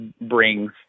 brings